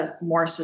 more